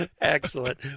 Excellent